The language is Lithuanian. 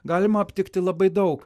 galima aptikti labai daug